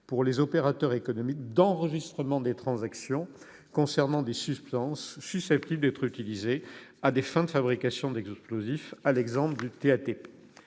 pour les opérateurs économiques d'enregistrement des transactions concernant des substances susceptibles d'être utilisées à des fins de fabrication d'explosifs, à l'exemple du TATP.